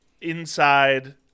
inside